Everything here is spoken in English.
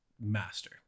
Master